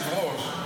תשאל את היושב-ראש,